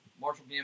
Marshall